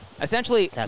Essentially